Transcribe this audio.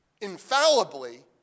infallibly